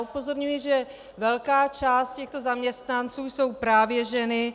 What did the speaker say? Upozorňuji, že velká část těchto zaměstnanců jsou právě ženy.